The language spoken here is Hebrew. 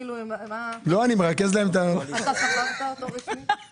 כדי לדעת מה האפשרות הטובה ביותר בתחום המשכנתאות,